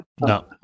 No